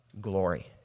glory